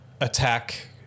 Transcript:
attack